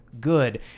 good